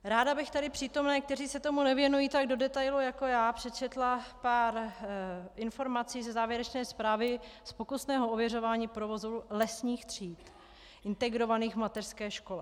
Ráda bych tady přítomným, kteří se tomu nevěnují tak do detailu jako já, přečetla pár informací ze závěrečné zprávy z pokusného ověřování provozu lesních tříd integrovaných v mateřské škole.